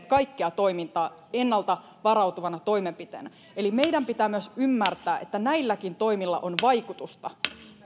kaikkea toimintaa ennalta varautuvana toimenpiteenä eli meidän pitää myös ymmärtää että näilläkin toimilla on vaikutusta